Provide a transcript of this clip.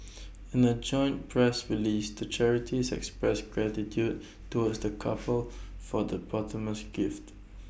in A joint press release the charities expressed gratitude towards the couple for the posthumous gift